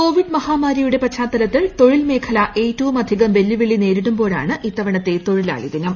Covid മഹാമാരിയുടെ പശ്ചാത്തലത്തിൽ തൊഴിൽ മേഖല ഏറ്റവുമധികം വെല്ലുവിളി നേരിടുമ്പോഴാണ് ഇത്തവണത്തെ തൊഴിലാളിദിനം